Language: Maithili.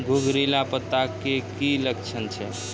घुंगरीला पत्ता के की लक्छण छै?